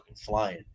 flying